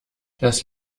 das